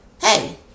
Hey